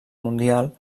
mundial